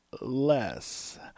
less